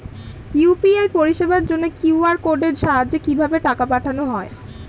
UPI পরিষেবার জন্য QR কোডের সাহায্যে কিভাবে টাকা পাঠানো হয়?